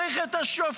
צריך את השופטים.